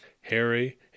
Harry